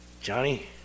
Johnny